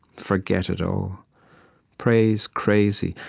forget it all praise crazy.